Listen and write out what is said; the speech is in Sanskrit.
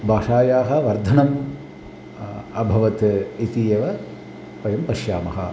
भाषायाः वर्धनम् अभवत् इति एव वयं पश्यामः